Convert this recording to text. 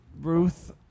Ruth